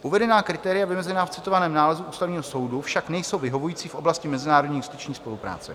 Uvedená kritéria vymezená v citovaném nálezu Ústavního soudu však nejsou vyhovující v oblasti mezinárodní justiční spolupráce.